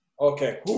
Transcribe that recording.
Okay